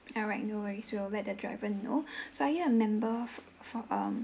alright no worries we'll like the driver know so are you a member fr~ fr~ um